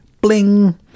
Bling